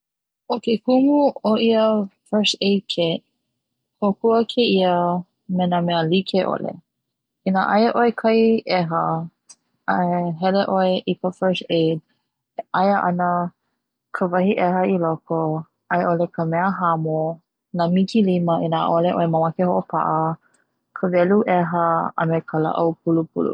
ʻO ke kumu ʻo ia first aide kit, kokua keia me na mea likeʻole i na aia ʻoe kahi ʻeha a hele ʻoe i ka first aide aia ana ka wahi ʻeha i loko aiʻ ole ka mea hamo na mikilima i na ʻaʻole ʻoe mamake e hoʻopaʻa ka welu ʻeha me ka laʻau pulupulu.